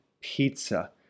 pizza